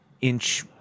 inch